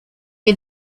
you